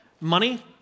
money